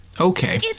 Okay